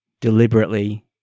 deliberately